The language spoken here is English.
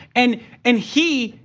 and and he,